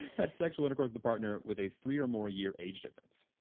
had sexual intercourse with a partner with a three or more year age difference.